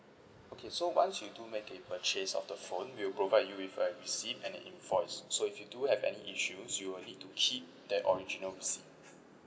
okay so once you do make a purchase of the phone we will provide you with a receipt and an invoice so if you do have any issues you will need to keep that original receipt